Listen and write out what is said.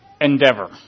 endeavor